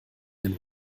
den